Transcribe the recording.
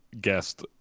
guest